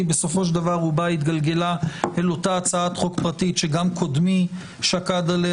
בסופו של דבר רובה התגלגלה לאותה הצעת חוק פרטית שגם קודמי שקד עליה